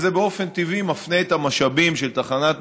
וזה באופן טבעי מפנה את המשאבים של תחנת